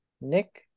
Nick